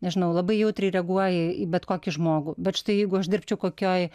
nežinau labai jautriai reaguoji į bet kokį žmogų bet štai jeigu aš dirbčiau kokioj